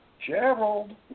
Gerald